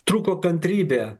trūko kantrybė